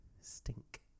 Stink